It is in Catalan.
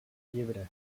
llibre